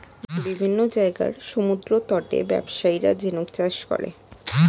বিভিন্ন জায়গার সমুদ্রতটে ব্যবসায়ীরা ঝিনুক চাষ করে